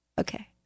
okay